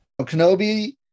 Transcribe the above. kenobi